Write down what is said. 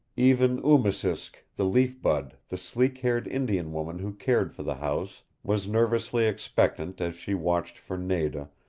even oosimisk, the leaf bud, the sleek-haired indian woman who cared for the house, was nervously expectant as she watched for nada,